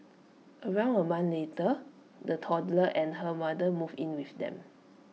around A month later the toddler and her mother moved in with them